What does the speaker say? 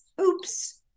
Oops